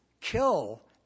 kill